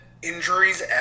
injuries